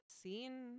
seen